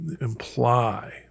imply